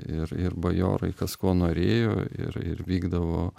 ir ir bajorai kas kuo norėjo ir ir vykdavo